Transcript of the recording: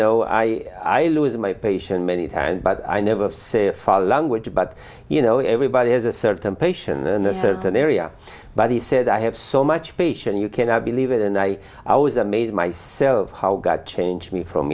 know i i lose my patience many and but i never say a father language but you know everybody has a certain patients in a certain area but he said i have so much patience you cannot believe it and i i was amazed myself how god change me from